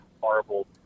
horrible